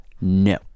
no